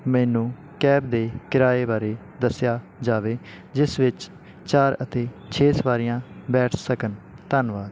ਮੈਨੂੰ ਕੈਬ ਦੇ ਕਿਰਾਏ ਬਾਰੇ ਦੱਸਿਆ ਜਾਵੇ ਜਿਸ ਵਿੱਚ ਚਾਰ ਅਤੇ ਛੇ ਸਵਾਰੀਆਂ ਬੈਠ ਸਕਣ ਧੰਨਵਾਦ